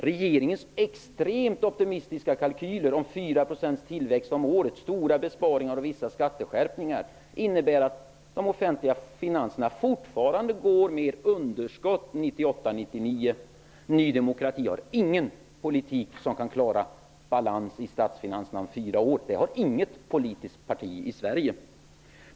Regeringens extremt optimistiska kalkyler om 4 % tillväxt om året, stora besparingar och vissa skatteskärpningar innebär ändå att de offentliga finanserna fortfarande har underskott 1998--1999. Ny demokrati har ingen politik som kan leda till balans i statsfinanserna om fyra år. Det har inget politiskt parti i Sverige.